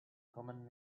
common